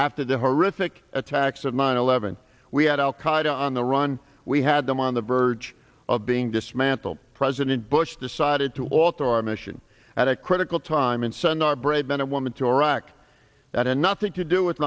after the horrific attacks of nine eleven we had al qaida on the run we had them on the verge of being dismantled president bush decided to alter our mission at a critical time and send our brave men and woman to iraq that and nothing to do with